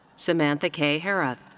samantha k. herath.